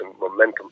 Momentum